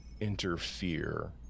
interfere